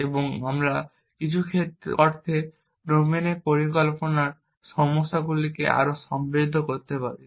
এবং আমরা কিছু অর্থে ডোমেনের পরিকল্পনার সমস্যাগুলিকে আরও সমৃদ্ধ করতে পারি